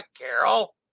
Carol